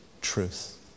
truth